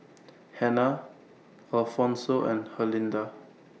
Hannah Alphonso and Herlinda